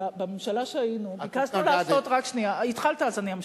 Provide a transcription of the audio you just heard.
בממשלה שהיינו, רק שנייה, התחלת אז אני אמשיך.